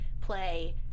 play